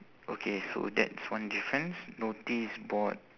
okay so that's one difference notice board